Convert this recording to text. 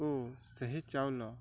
ଓ ସେହି ଚାଉଳ